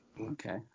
Okay